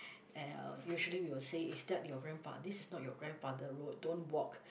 and uh usually we will say is that your grandfa~ this is not your grandfather road don't walk